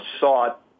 sought